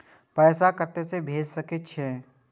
पैसा कते से भेज सके छिए?